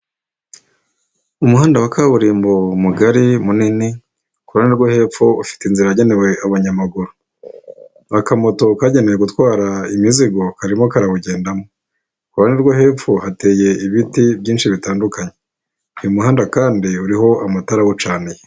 Umuhanda wa kaburimbo mugari, munini, ku ruhande rwo hepfo ufite inzira yagenewe abanyamaguru. Akamoto kagenewe gutwara imizigo karimo karawugendamo. Ku ruhande rwo hepfo hateye ibiti byinshi bitandukanye. Uyu muhanda kandi uriho amatara awucaniye.